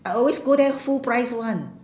I always go there full price [one]